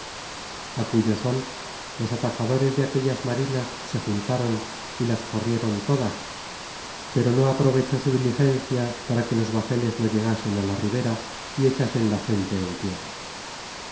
á cuyo són los atajadores de aquellas marinas se juntaron y las corrieron todas pero no aprovechó su dili content from google book search generated at gencia para que los bajeles no llegasen á la ribera y echasen la gente en tierra